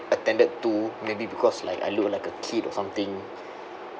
attended to maybe because like I look like a kid or something